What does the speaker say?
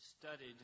studied